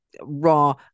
raw